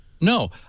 No